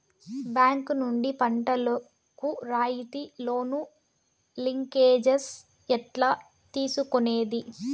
Bank నుండి పంటలు కు రాయితీ లోను, లింకేజస్ ఎట్లా తీసుకొనేది?